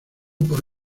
por